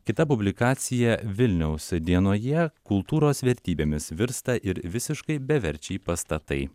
kita publikacija vilniaus dienoje kultūros vertybėmis virsta ir visiškai beverčiai pastatai